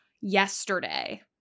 yesterday